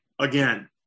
again